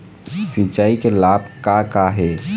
सिचाई के लाभ का का हे?